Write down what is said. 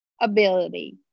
ability